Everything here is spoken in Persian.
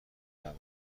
برای